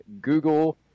Google